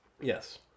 Yes